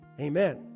Amen